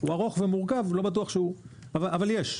הוא ארוך ומורכב, אבל יש.